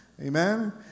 amen